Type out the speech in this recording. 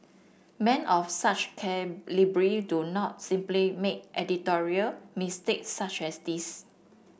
men of such calibre do not simply make editorial mistakes such as this